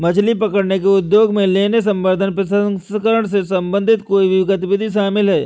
मछली पकड़ने के उद्योग में लेने, संवर्धन, प्रसंस्करण से संबंधित कोई भी गतिविधि शामिल है